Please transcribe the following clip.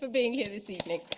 being here this evening.